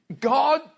God